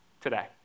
today